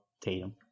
Tatum